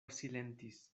silentis